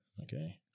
Okay